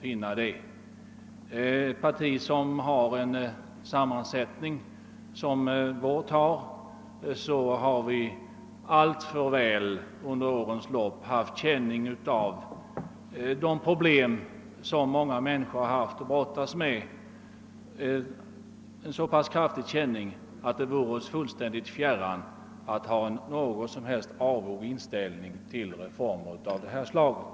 Inom ett parti med en sammansättning som vårt har vi under årens lopp haft så kraftig känning av de problem som många människor haft att brottas med att det vore oss fullständigt fjärran att ha någon som helst avog inställning till reformer av det här slaget.